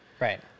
Right